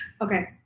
okay